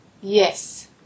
Yes